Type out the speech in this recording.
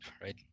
right